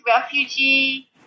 refugee